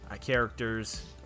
characters